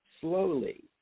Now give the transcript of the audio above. slowly